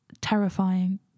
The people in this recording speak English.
terrifying